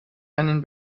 einen